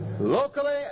locally